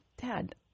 Dad